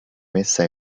messa